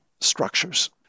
structures